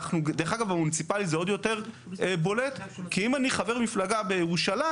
דרך אגב במוניציפלי זה עוד יותר בולט כי אם אני חבר מפלגה בירושלים